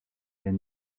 est